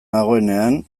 nagoenean